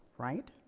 right?